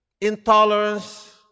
intolerance